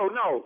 no